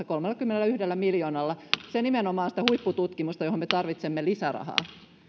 kolmellakymmenelläyhdellä miljoonalla se nimenomaan on sitä huippututkimusta johon me tarvitsemme lisärahaa